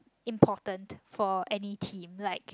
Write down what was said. important for any team like